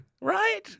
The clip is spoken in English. Right